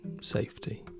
safety